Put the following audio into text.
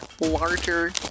larger